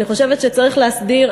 אני חושבת שצריך להסדיר,